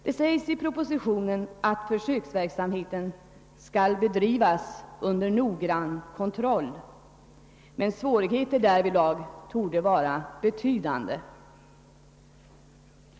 Det sägs i propositionen att försöksverksamheten skall bedrivas under noggrann kontroll, men svårigheterna därvidlag torde vara betydande.